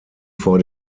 vor